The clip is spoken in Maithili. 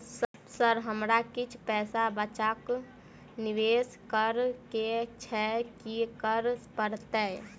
सर हमरा किछ पैसा बचा कऽ निवेश करऽ केँ छैय की करऽ परतै?